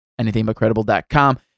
anythingbutcredible.com